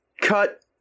Cut